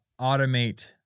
automate